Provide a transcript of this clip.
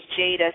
Jada